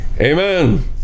amen